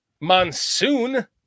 Monsoon